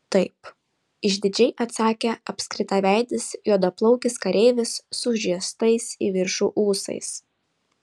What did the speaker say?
taip išdidžiai atsakė apskritaveidis juodaplaukis kareivis su užriestais į viršų ūsais